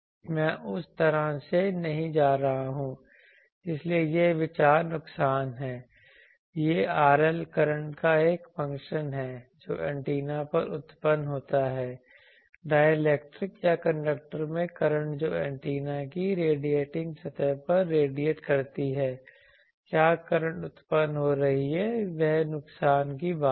मैं उस तरह से नहीं जा रहा हूं इसलिए यह विचार नुकसान है यह RLकरंट का एक फंक्शन है जो एंटीना पर उत्पन्न होता है डायइलेक्ट्रिक या कंडक्टर में करंट जो एंटीना की रेडिएटिंग सतह पर रेडिएट करती हैं क्या करंट उत्पन्न हो रही हैं वह नुकसान की बात है